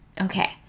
okay